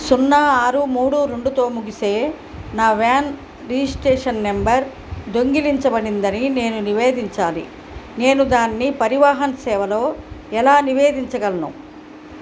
సున్నా ఆరు మూడు రెండుతో ముగిసే నా వాన్ రిజిస్టేషన్ నెంబర్ దొంగిలించబడిందని నేను నివేదించాలి నేను దాన్ని పరివాహన్ సేవలో ఎలా నివేదించగలను